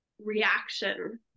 reaction